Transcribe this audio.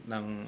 ng